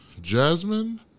Jasmine